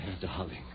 darling